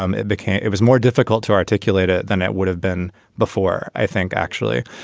um it became it was more difficult to articulate it than it would have been before. i think, actually.